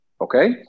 Okay